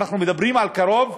אנחנו מדברים על קרוב